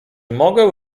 mogę